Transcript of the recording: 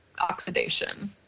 oxidation